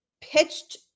pitched